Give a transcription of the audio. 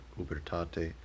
ubertate